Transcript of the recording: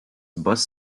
bus